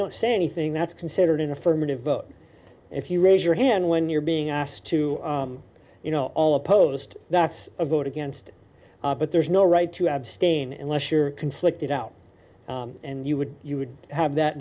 don't say anything that's considered an affirmative vote if you raise your hand when you're being asked to you know all opposed that's a vote against but there's no right to abstain unless you're conflicted out and you would you would have that